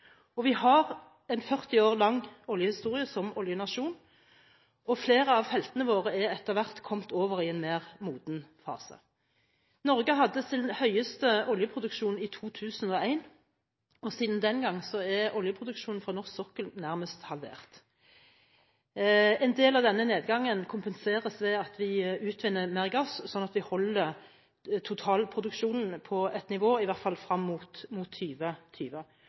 Vi har en 40 år lang historie som oljenasjon, og flere av feltene våre er etter hvert kommet over i en mer moden fase. Norge hadde sin høyeste oljeproduksjon i 2001, og siden den gang er oljeproduksjonen fra norsk sokkel nærmest halvert. En del av denne nedgangen kompenseres ved at vi utvinner mer gass, slik at vi holder totalproduksjonen på nivå i hvert fall fram mot